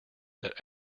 that